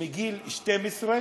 מגיל 12,